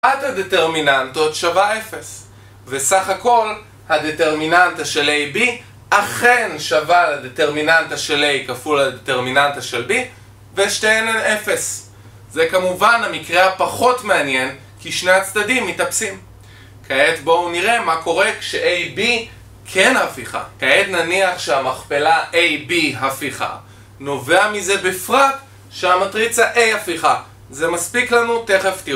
עד הדטרמיננטה עוד שווה 0 וסך הכל, הדטרמיננטה של A,B אכן שווה לדטרמיננטה של A כפול לדטרמיננטה של B ושתיהן על 0 זה כמובן המקרה הפחות מעניין כי שני הצדדים מתאפסים כעת בואו נראה מה קורה כש-A,B כן הפיכה כעת נניח שהמכפלה A,B הפיכה נובע מזה בפרט שהמטריצה A הפיכה זה מספיק לנו, תכף תראו